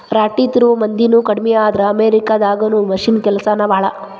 ರಾಟಿ ತಿರುವು ಮಂದಿನು ಕಡಮಿ ಆದ್ರ ಅಮೇರಿಕಾ ದಾಗದು ಮಿಷನ್ ಕೆಲಸಾನ ಭಾಳ